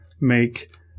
make